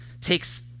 takes